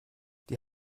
die